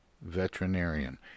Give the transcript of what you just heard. veterinarian